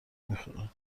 میخورن